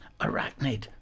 arachnid